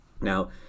now